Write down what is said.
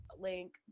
Link